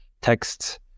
texts